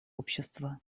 общества